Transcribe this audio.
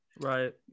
Right